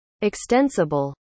extensible